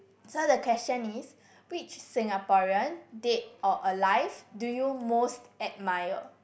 so the question is which Singaporean dead or alive do you most admired